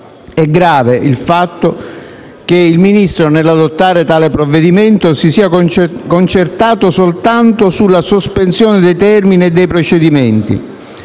È grave il fatto che il Ministro, nell'adottare tale provvedimento, si sia concentrato soltanto sulla sospensione dei termini dei procedimenti